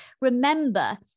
remember